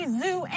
zoo